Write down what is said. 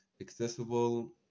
accessible